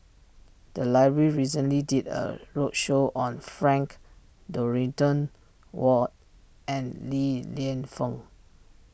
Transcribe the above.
the library recently did a roadshow on Frank Dorrington Ward and Li Lienfung